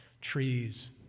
trees